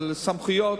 וסמכויות.